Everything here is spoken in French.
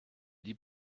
dix